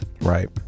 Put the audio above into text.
Right